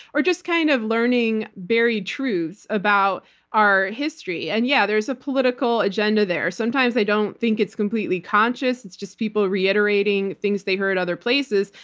or just kind of learning buried truths about our history. and yeah, there's a political agenda there. sometimes, i don't think it's completely conscious, it's just people reiterating things they heard in other places.